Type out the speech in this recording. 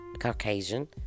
Caucasian